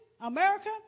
America